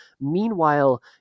Meanwhile